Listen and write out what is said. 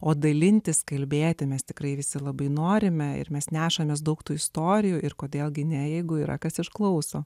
o dalintis kalbėti mes tikrai visi labai norime ir mes nešamės daug tų istorijų ir kodėl gi ne jeigu yra kas išklauso